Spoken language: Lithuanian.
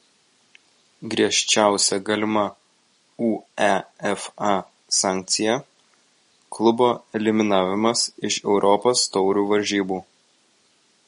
griežčiausia galima uefa sankcija klubo eliminavimas iš europos taurių varžybų